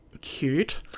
Cute